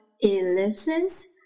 ellipses